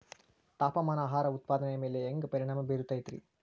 ತಾಪಮಾನ ಆಹಾರ ಉತ್ಪಾದನೆಯ ಮ್ಯಾಲೆ ಹ್ಯಾಂಗ ಪರಿಣಾಮ ಬೇರುತೈತ ರೇ?